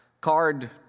Card